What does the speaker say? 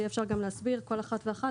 אפשר יהיה גם להסביר לגבי כל אחת ואחת